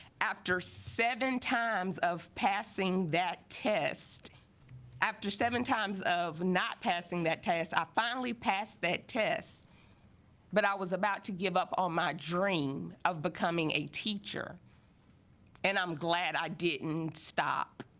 after seven times of passing that test after seven times of not passing that test i finally passed that test but i was about to give up on my dream of becoming a teacher and i'm glad i didn't stop